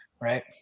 right